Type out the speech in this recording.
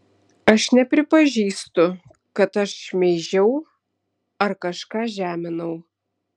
aš nepripažįstu kad aš šmeižiau ar kažką žeminau